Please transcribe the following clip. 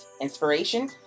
inspiration